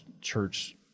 church